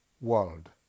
world